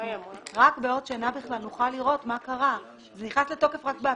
זה נכנס לתוקף רק באפריל.